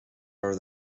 are